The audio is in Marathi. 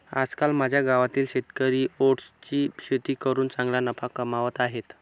आजकाल माझ्या गावातील शेतकरी ओट्सची शेती करून चांगला नफा कमावत आहेत